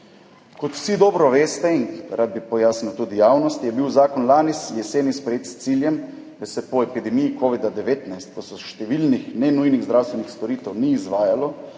Kot vsi dobro veste, rad bi pojasnil tudi javnosti, je bil zakon lani jeseni sprejet s ciljem, da se po epidemiji covida-19, ko so številnih nenujnih zdravstvenih storitev ni izvajalo